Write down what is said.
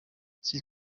s’il